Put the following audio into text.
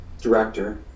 director